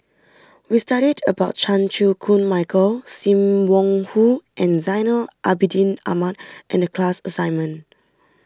we studied about Chan Chew Koon Michael Sim Wong Hoo and Zainal Abidin Ahmad in the class assignment